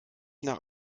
nach